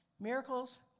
Miracles